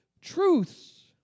Truths